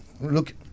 look